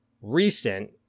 recent